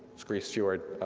it's grise fjord,